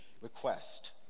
request